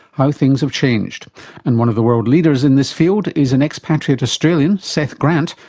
how things have changed and one of the world leaders in this field is an expatriate australian, seth grant,